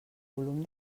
volum